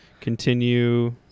Continue